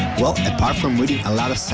well apart from reading a lot of